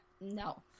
no